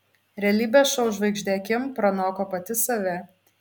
realybės šou žvaigždė kim pranoko pati save